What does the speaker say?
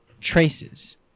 traces